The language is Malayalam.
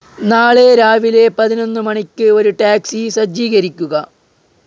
നാളെ രാവിലെ പതിനൊന്ന് മണിക്ക് ഒരു ടാക്സി സജ്ജീകരിക്കുക